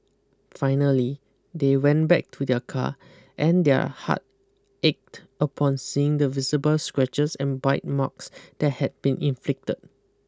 finally they went back to their car and their heart ached upon seeing the visible scratches and bite marks that had been inflicted